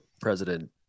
President